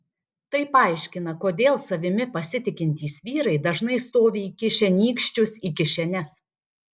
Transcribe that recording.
tai paaiškina kodėl savimi pasitikintys vyrai dažnai stovi įkišę nykščius į kišenes